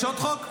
יש עוד חוק?